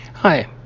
Hi